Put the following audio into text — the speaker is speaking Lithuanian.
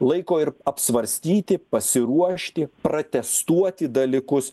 laiko ir apsvarstyti pasiruošti pratestuoti dalykus